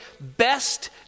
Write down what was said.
best